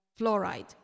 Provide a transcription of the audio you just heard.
fluoride